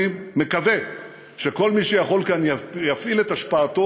אני מקווה שכל מי שיכול כאן יפעיל את השפעתו